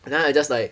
and then I just like